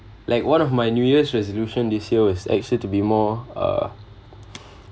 like one of my new year's resolution this year was actually to be more uh